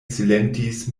silentis